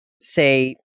say